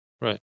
Right